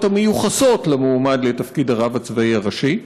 המיוחסות למועמד לתפקיד הרב הצבאי הראשי?